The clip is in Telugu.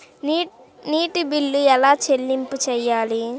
నీటి బిల్లు ఎలా చెల్లింపు చేయాలి?